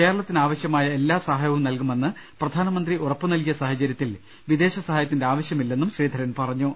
കേരളത്തിന് ആവ ശ്യമായ എല്ലാ സഹായവും നൽകുമെന്ന് പ്രധാനമന്ത്രി ഉറപ്പുനൽകിയ സാഹച ര്യത്തിൽ വിദേശ സഹായത്തിന്റെ ആവശ്യമില്ലെന്നും ശ്രീധരൻ പറഞ്ഞു